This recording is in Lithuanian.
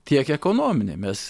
tiek ekonominėj mes